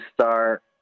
start